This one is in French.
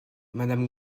madame